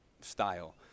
style